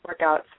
workouts